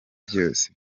byose